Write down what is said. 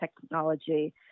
technology